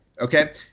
Okay